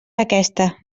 aquesta